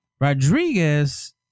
Rodriguez